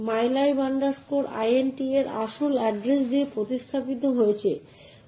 তাই আমরা এখানে যা পরীক্ষা করি তা হল যে শুধুমাত্র মালিকই একটি নির্দিষ্ট বিষয় থেকে একটি নির্দিষ্ট অধিকার সরিয়ে দিতে পারেন